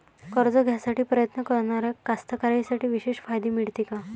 कर्ज घ्यासाठी प्रयत्न करणाऱ्या कास्तकाराइसाठी विशेष फायदे मिळते का?